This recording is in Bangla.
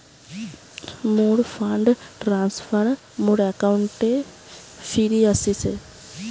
মোর ফান্ড ট্রান্সফার মোর অ্যাকাউন্টে ফিরি আশিসে